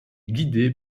guidé